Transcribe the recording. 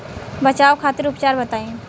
बचाव खातिर उपचार बताई?